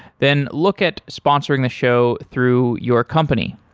then look at sponsoring the show through your company.